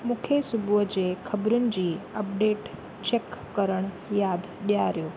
मूंखे सुबुह जे ख़बरुनि जी अपडेट चेकु करणु यादि ॾियारियो